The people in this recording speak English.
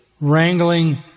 wrangling